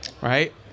right